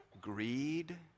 greed